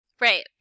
Right